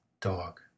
dog